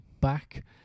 back